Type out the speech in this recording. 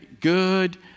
Good